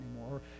anymore